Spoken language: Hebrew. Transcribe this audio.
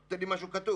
לא נותן לי משהו כתוב?